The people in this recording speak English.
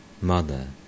Mother